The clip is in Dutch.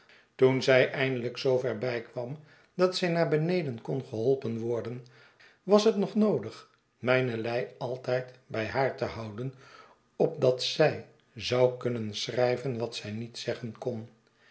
toen zij eindelijk zoover bijkwam dat zij naar beneden kon creholpen worden was het nog noodig mijne lei altijd bij haar te houden opdat zij zou kunnen schrijven wat zij niet zeggen kon